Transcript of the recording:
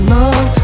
love